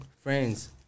Friends